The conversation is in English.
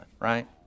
right